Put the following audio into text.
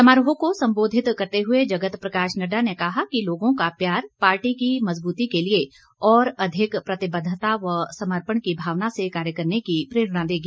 समारोह को सम्बोधित करते हुए जगत प्रकाश नड्डा ने कहा कि लोगों का प्यार पार्टी की मजबूती के लिए और अधिक प्रतिबद्धता व समर्पण की भावना से कार्य करने की प्रेरणा देगी